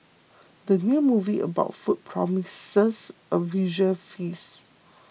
the new movie about food promises a visual feast